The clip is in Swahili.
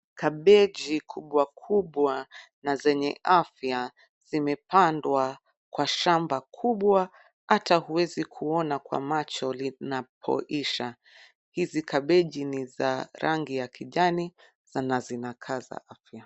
Kabeji kubwa kubwa na zenye afya zimepandwa kwa shamba kubwa, ata huwezi kuona kwa macho linapoisha. Hizi kabeji ni za rangi ya kijani na zinakaa za afya.